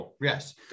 Yes